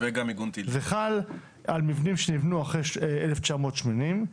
זה חל על מבנים שנבנו לפני 1980,